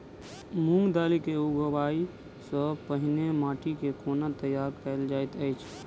मूंग दालि केँ उगबाई सँ पहिने माटि केँ कोना तैयार कैल जाइत अछि?